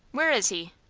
where is he?